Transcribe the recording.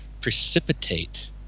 precipitate